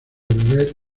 beber